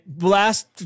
Last